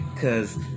Cause